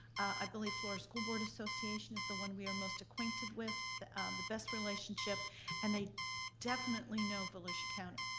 i believe florida school board association is the one we are most acquainted with, the the best relationship and they definitely know volusia county.